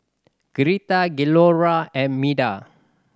Greta Cleora and Meda